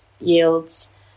yields